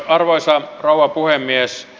arvoisa rouva puhemies